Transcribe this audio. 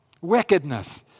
Wickedness